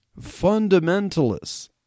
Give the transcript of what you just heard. fundamentalists